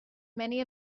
many